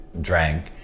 drank